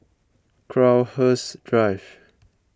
Crowhurst Drive